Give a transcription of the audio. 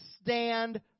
stand